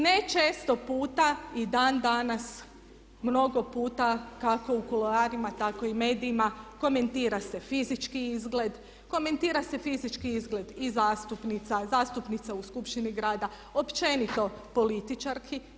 Ne često puta i dan danas mnogo puta kako u kuloarima tako i medijima komentira se fizički izgled, komentira se fizički izgled i zastupnica, zastupnica u Skupštini grada, općenito političarki.